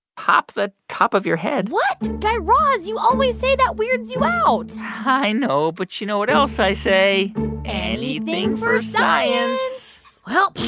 pop the top of your head what? guy raz, you always say that weirds you out i know. but you know what else i say anything for science well,